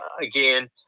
again